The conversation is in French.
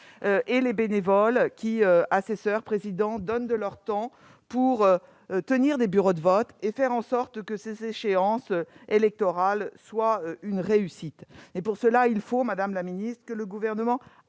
et des bénévoles qui, assesseurs ou présidents, donnent de leur temps pour tenir des bureaux de vote et faire en sorte que ces échéances électorales soient une réussite. Pour cela, il faut que le Gouvernement